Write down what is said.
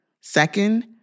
Second